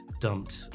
dumped